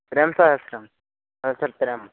त्रयं सहस्रं सहस्रं त्रयम्